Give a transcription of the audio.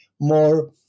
more